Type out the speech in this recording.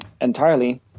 entirely